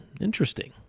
Interesting